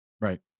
Right